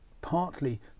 partly